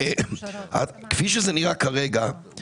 כפי שזה נראה כרגע,